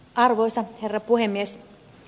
arvoisa herra puhemies